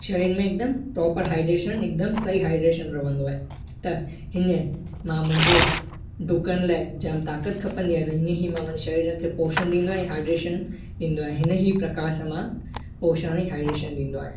शरीर में हिकदमि प्रोपर हाइड्रेशन हिकदमि सही हाइड्रेशन रहंदो आहे त हीअं मां मुंहिंजो ॾुकण लाइ जाम ताकतु खपंदी आहे त हीअं ई मां मुंहिंजे शरीर जो ते पोषण ॾींदो आहे ऐं हाइड्रेशन ॾींदो आहे हिन ई प्रकार सां मां पोषण ऐं हाइड्रेशन ॾींदो आहियां